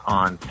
on